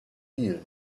healed